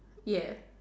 yes